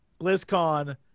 blizzcon